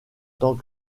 tant